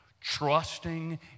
trusting